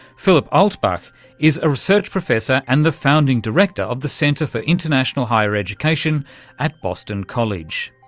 philip altbach is a research professor and the founding director of the center for international higher education at boston college,